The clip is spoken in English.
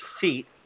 seat